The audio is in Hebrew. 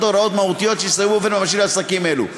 הוראות מהותיות שיסייעו באופן ממשי לעסקים אלו.